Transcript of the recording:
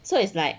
so it's like